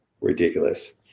ridiculous